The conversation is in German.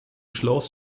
schloss